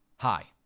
Hi